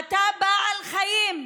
אתה בעל חיים,